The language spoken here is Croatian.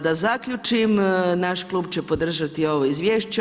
Da zaključim, naš klub će podržati ovo izvješće.